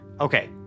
okay